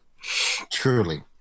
Truly